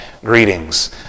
Greetings